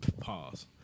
pause